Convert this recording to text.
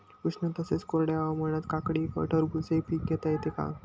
उष्ण तसेच कोरड्या हवामानात काकडी व टरबूज हे पीक घेता येते का?